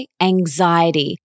anxiety